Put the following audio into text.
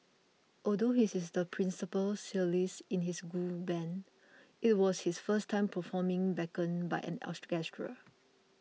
although he is the principal cellist in his school band it was his first time performing backed by an orchestra